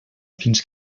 fins